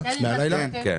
כן.